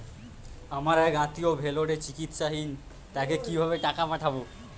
আমার এক আত্মীয় ভেলোরে চিকিৎসাধীন তাকে কি ভাবে টাকা পাঠাবো?